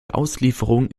auslieferung